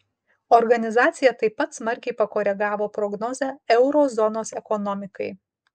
organizacija taip pat smarkiai pakoregavo prognozę euro zonos ekonomikai